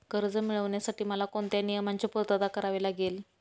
कर्ज मिळविण्यासाठी मला कोणत्या नियमांची पूर्तता करावी लागेल?